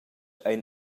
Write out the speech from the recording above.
ein